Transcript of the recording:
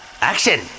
Action